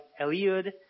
Eliud